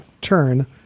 turn